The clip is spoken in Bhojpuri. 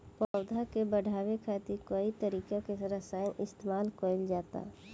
पौधा के बढ़ावे खातिर कई तरीका के रसायन इस्तमाल कइल जाता